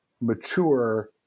mature